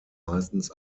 meistens